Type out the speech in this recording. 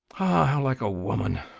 ah how like a woman!